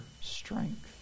strength